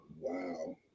Wow